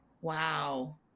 wow